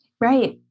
Right